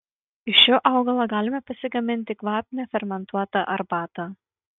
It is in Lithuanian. iš šio augalo galime pasigaminti kvapnią fermentuotą arbatą